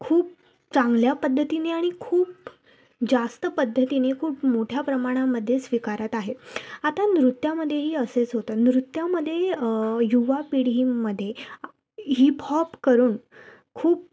खूप चांगल्या पद्धतीने आणि खूप जास्त पद्धतीने खूप मोठ्या प्रमाणामध्ये स्वीकारत आहे आता नृत्यामध्येही असेच होतं नृत्यामध्ये युवा पिढीमध्ये हिपहॉप करून खूप